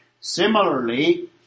Similarly